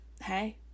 hey